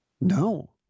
No